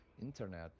internet